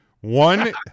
One